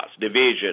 division